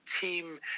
team